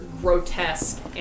grotesque